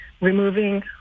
removing